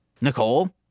Nicole